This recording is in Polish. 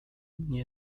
nie